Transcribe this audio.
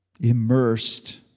immersed